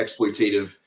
exploitative